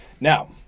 Now